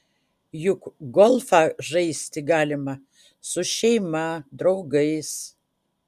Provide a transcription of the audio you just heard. juk golfą žaisti galima su šeima draugais